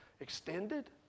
extended